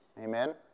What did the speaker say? Amen